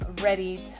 ready